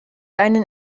einen